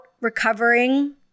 recovering